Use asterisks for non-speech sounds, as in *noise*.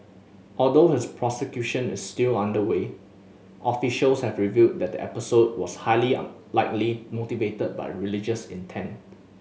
although his prosecution is still underway officials have revealed that the episode was highly *unintelligible* likely motivated by religious intent